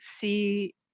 see